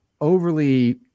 overly